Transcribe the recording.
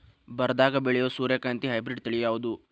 ಬರದಾಗ ಬೆಳೆಯೋ ಸೂರ್ಯಕಾಂತಿ ಹೈಬ್ರಿಡ್ ತಳಿ ಯಾವುದು?